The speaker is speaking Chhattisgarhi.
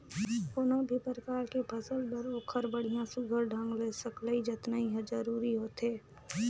कोनो भी परकार के फसल बर ओखर बड़िया सुग्घर ढंग ले सकलई जतनई हर जरूरी होथे